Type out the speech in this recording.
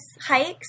hikes